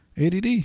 ADD